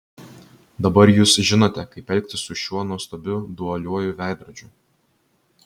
dabar jūs žinote kaip elgtis su šiuo nuostabiu dualiuoju veidrodžiu